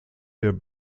der